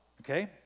Okay